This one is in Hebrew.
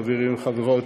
חברים וחברות,